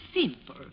simple